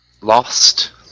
lost